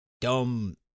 dumb